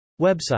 website